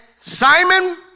Simon